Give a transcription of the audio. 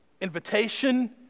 invitation